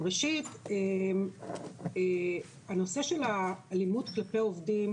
ראשית, הנושא של האלימות כלפי עובדים,